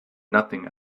nothing